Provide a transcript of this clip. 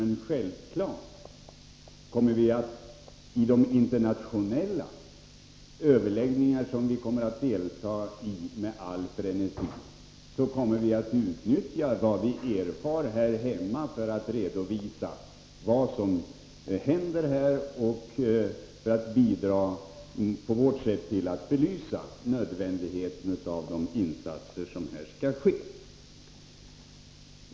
Men i de internationella överläggningar, som vi kommer att delta i med all frenesi, kommer vi självfallet att utnyttja vad vi erfar här hemma för att redovisa vad som här sker och för att på vårt sätt bidra till att belysa nödvändigheten av de insatser som skall göras.